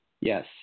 Yes